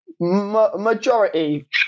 majority